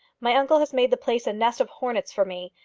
my uncle has made the place a nest of hornets for me,